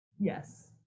Yes